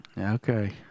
Okay